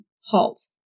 halt